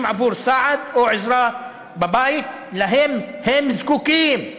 עבור סעד או עזרה בבית שהם זקוקים להם,